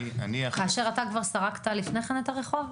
כאשר אתה כבר סרקת לפני כן את הרחוב,